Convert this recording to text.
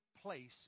place